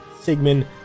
Sigmund